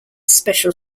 special